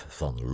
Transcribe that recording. van